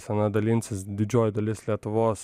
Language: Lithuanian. scena dalinsis didžioji dalis lietuvos